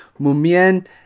Mumien